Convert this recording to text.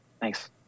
Thanks